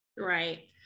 Right